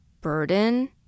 burden